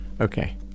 Okay